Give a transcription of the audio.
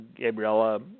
Gabriella